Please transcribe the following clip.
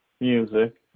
Music